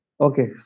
okay